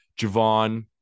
Javon